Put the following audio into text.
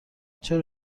چرا